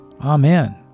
Amen